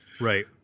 right